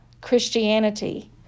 Christianity